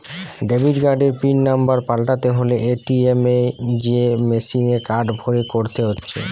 debit কার্ডের pin নম্বর পাল্টাতে হলে এ.টি.এম এ যেয়ে মেসিনে কার্ড ভরে করতে হচ্ছে